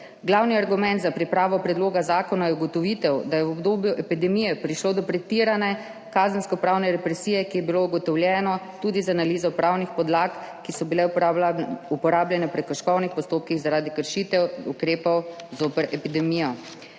Glavni argument za pripravo predloga zakona je ugotovitev, da je v obdobju epidemije prišlo do pretirane kazenskopravne represije, kar je bilo ugotovljeno tudi z analizo pravnih podlag, ki so bile uporabljene v prekrškovnih postopkih zaradi kršitev ukrepov zoper epidemijo.